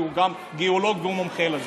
כי הוא גם גיאולוג והוא מומחה לזה.